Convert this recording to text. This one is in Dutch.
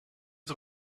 het